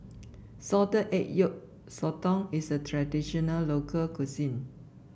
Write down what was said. Salted Egg Yolk Sotong is a traditional local cuisine